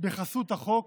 בחסות החוק